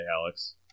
Alex